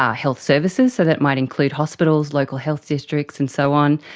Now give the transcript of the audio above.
ah health services, so that might include hospitals, local health districts and so on,